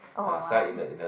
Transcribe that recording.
oh !wah! hmm